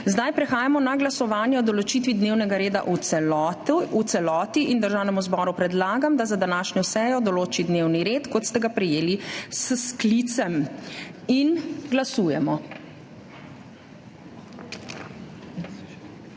Prehajamo na glasovanje o določitvi dnevnega reda v celoti. Državnemu zboru predlagam, da za današnjo sejo določi dnevni red, kot ga je prejel s sklicem. Glasujemo.